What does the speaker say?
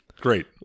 Great